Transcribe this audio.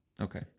okay